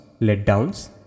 letdowns